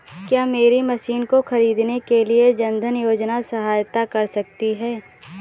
क्या मेरी मशीन को ख़रीदने के लिए जन धन योजना सहायता कर सकती है?